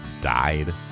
died